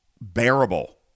bearable